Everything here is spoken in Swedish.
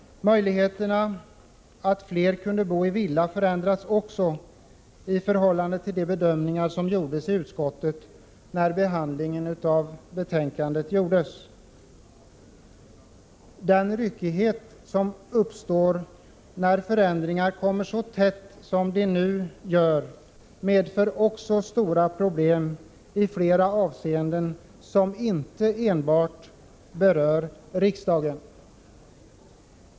Möjligheterna för fler att bo i villa förändras också i förhållande till de bedömningar som gjordes i utskottet vid behandlingen av betänkandet. Den ryckighet som uppstår när förändringar kommer så tätt som de nu gör medför stora problem i flera avseenden, som inte enbart berör riksdagen.